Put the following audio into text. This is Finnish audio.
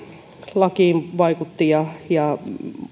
lakiin vaikutti ja ja